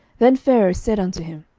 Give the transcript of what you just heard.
then pharaoh said unto him,